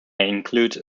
include